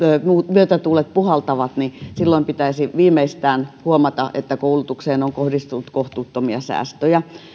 myötätuulet puhaltavat silloin pitäisi viimeistään huomata että koulukseen on kohdistunut kohtuuttomia säästöjä